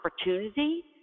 opportunity